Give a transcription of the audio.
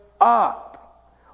up